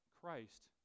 Christ